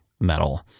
metal